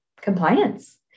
compliance